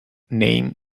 name